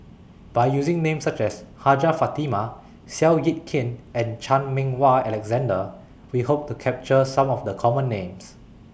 By using Names such as Hajjah Fatimah Seow Yit Kin and Chan Meng Wah Alexander We Hope to capture Some of The Common Names